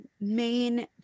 main